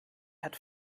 had